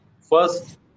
first